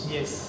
Yes